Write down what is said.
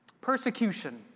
Persecution